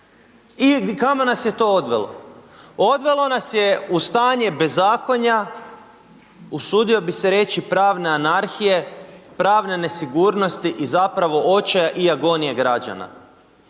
i kamo nas je to odvelo, odvelo nas je u stanje bezakonja usudio bi se reći pravne anarhije, pravne nesigurnosti i zapravo očaja i agonije građana.